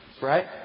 Right